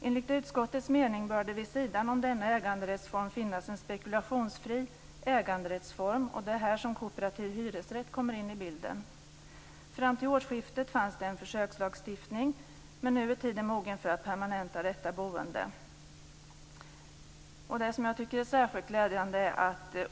Enligt utskottets mening bör det vid sidan av denna äganderättsform finnas en spekulationsfri äganderättsform, och det är här som kooperativ hyresrätt kommer in i bilden. Fram till årsskiftet fanns det en försökslagstiftning, men nu är tiden mogen för att permanenta detta boende.